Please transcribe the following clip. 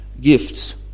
gifts